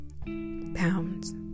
pounds